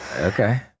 Okay